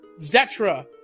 Zetra